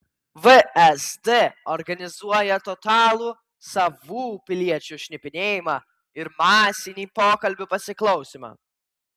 vsd organizuoja totalų savų piliečių šnipinėjimą ir masinį pokalbių pasiklausymą